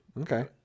okay